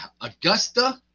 Augusta